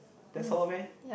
that's all meh